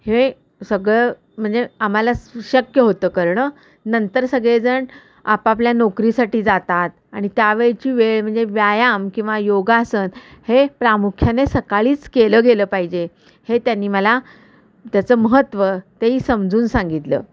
हे सगळं म्हणजे आम्हाला सु शक्य होतं करणं नंतर सगळेजण आपापल्या नोकरीसाठी जातात आणि त्यावेळची वेळ म्हणजे व्यायाम किंवा योगासन हे प्रामुख्याने सकाळीच केलं गेलं पाहिजे हे त्यांनी मला त्याचं महत्त्व तेही समजून सांगितलं